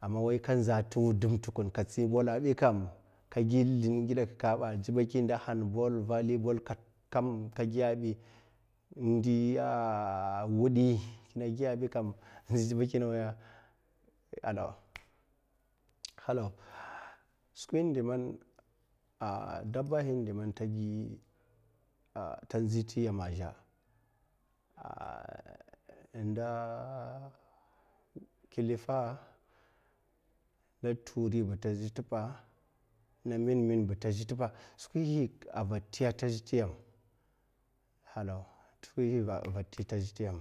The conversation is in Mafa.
ama man kaza t'wudun tukun katsi bolla ɓi kam, ka gi zlin ngidekeke ɓa va taki nda hand boll, vati boll kam ka giya ɓi ndia, wudi kinagiya ɓi kam en zebaki nawa halaw skwin diman a dabahi diman tanzi t'yam aza nda kilifa, nɗa tuwuriba tazit'pa, nda mine mine ba tazit'pa, skwihi avati tazi t'yam hala t'wui higa, t'zi t'yam.